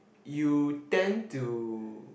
you tend to